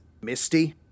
Misty